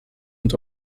und